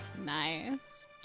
Nice